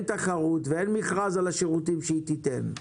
תחרות ואין מכרז על השירותים שהיא תיתן.